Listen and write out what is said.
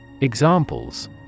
Examples